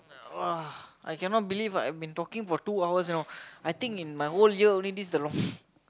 !wah! I cannot believe I have been talking for two hours you know I think in my whole year only this is the long